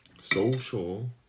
Social